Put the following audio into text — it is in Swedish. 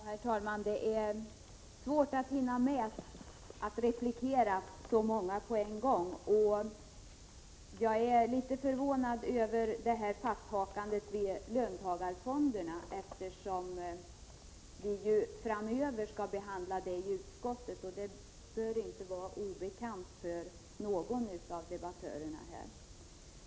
Herr talman! Det är svårt att hinna med att replikera så många på en gång. Jag är litet förvånad över fasthakandet vid löntagarfonderna, eftersom vi framöver skall behandla dem i utskottet. Det bör inte vara obekant för någon av debattörerna.